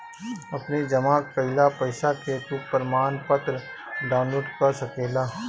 अपनी जमा कईल पईसा के तू प्रमाणपत्र डाउनलोड कअ सकेला